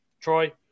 Troy